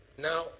now